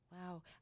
Wow